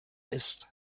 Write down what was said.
ist